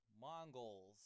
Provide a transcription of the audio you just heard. Mongols